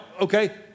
okay